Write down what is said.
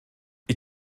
wyt